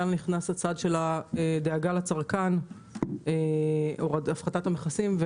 כאן נכנס הנושא של הדאגה לצרכן והפחתת המכסים.